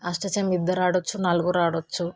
అష్టాచమ్మా ఇద్దరు ఆడచ్చు నలుగురు ఆడచ్చు